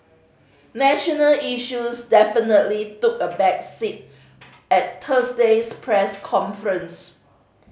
national issues definitely took a back seat at Thursday's press conference